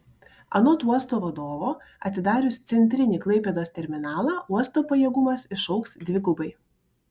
anot uosto vadovo atidarius centrinį klaipėdos terminalą uosto pajėgumas išaugs dvigubai